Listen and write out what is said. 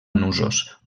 nusos